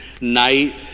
night